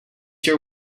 your